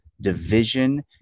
division